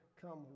come